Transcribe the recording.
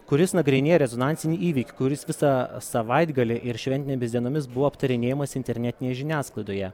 kuris nagrinėja rezonansinį įvykį kuris visą savaitgalį ir šventinėmis dienomis buvo aptarinėjamas internetinėje žiniasklaidoje